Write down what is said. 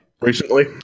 Recently